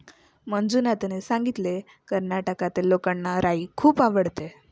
मंजुनाथने सांगितले, कर्नाटकातील लोकांना राई खूप आवडते